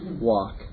walk